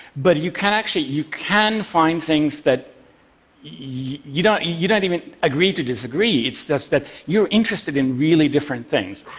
but you can, actually, you can find things that you don't you don't even agree to disagree, it's just that you're interested in really different things.